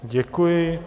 Děkuji.